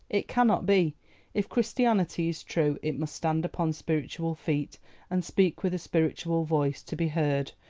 it cannot be if christianity is true it must stand upon spiritual feet and speak with a spiritual voice, to be heard,